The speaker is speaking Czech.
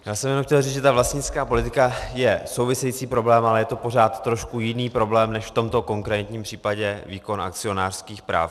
Já jsem jenom chtěl říct, že vlastnická politika je související problém, ale je to pořád trošku jiný problém než v tomto konkrétním případě výkon akcionářských práv.